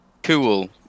Cool